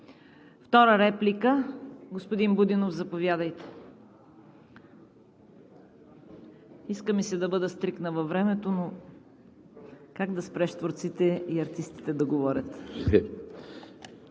Втора реплика? Господин Будинов, заповядайте. Иска ми се да бъда стриктна във времето, но как да спреш творците и артистите да говорят?